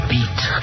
Beat